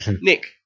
Nick